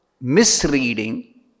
misreading